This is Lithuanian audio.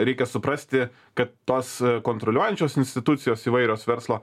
reikia suprasti kad tos kontroliuojančios institucijos įvairios verslo